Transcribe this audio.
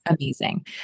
amazing